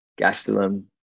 Gastelum